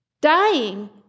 dying